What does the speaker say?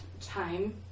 time